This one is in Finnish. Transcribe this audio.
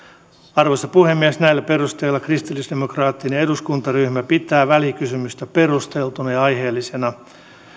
arvoisa puhemies näillä perusteilla kristillisdemokraattinen eduskuntaryhmä pitää välikysymystä perusteltuna ja aiheellisena